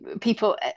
people